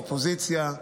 אופוזיציה,